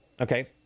Okay